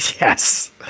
Yes